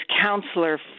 counselor